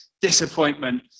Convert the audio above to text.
disappointment